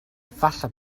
falle